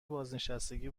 بازنشستگی